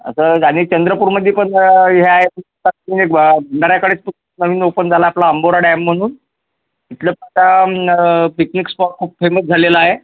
असं आणि चंद्रपूरमध्ये पण हे आहे दऱ्याकडे नवीन ओपन झाला आपला अंबोरा डॅम म्हणून इथलं फक्त पिकनिक स्पॉट खूप फेमस झालेला आहे